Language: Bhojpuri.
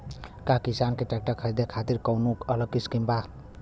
का किसान के ट्रैक्टर खरीदे खातिर कौनो अलग स्किम बा?